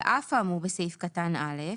על אף האמור בסעיף קטן (א),